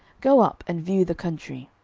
go up and view the country.